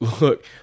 look